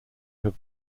have